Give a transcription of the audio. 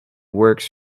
works